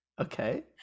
okay